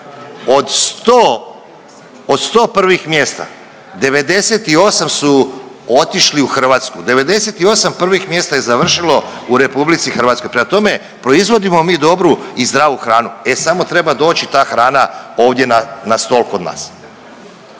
od 100 prvih mjesta 98 su otišli u Hrvatsku, 98 prvih mjesta je završilo u RH. Prema tome proizvodimo mi dobru i zdravu hranu, e samo treba doći ta hrana ovdje na, na stol kod nas.